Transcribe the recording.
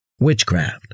witchcraft